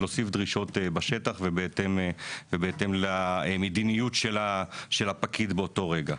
בשטח ובהתאם למדיניות של הפקיד באותו רגע.